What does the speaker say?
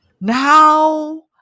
now